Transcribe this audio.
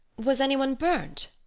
was any one burnt?